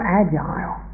agile